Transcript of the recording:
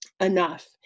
enough